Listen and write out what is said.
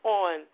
on